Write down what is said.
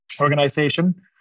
organization